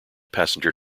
passenger